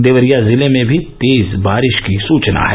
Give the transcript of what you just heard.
देवरिया जिले में भी तेज बारिश की सुचना है